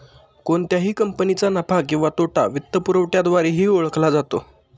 कोणत्याही कंपनीचा नफा किंवा तोटा वित्तपुरवठ्याद्वारेही ओळखला जातो